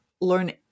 learn